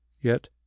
Yet